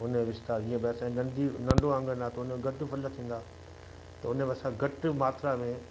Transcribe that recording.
उन विस्तार जीअं बि असांजी नंढी नंढो आंगन आहे त उन में घटि फल थींदा त उन में असां घटि मात्रा में